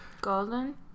Golden